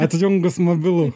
atjungus mobilų